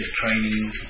training